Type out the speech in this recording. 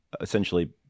essentially